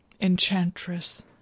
enchantress